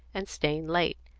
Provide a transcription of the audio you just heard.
and staying late.